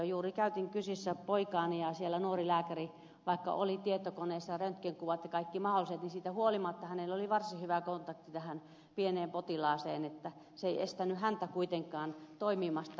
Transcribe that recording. juuri käytin kysissä poikaani ja siellä nuorella lääkärillä vaikka oli tietokoneessa röntgenkuvat ja kaikki mahdolliset siitä huolimatta oli varsin hyvä kontakti tähän pieneen potilaaseen eikä se estänyt häntä kuitenkaan toimimasta